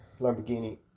Lamborghini